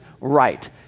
right